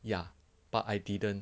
ya but I didn't